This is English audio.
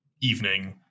evening